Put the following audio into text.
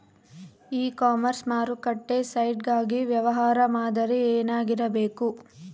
E commerce ಮಾರುಕಟ್ಟೆ site ಗಾಗಿ ವ್ಯವಹಾರ ಮಾದರಿ ಏನಾಗಿರಬೇಕು?